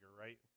right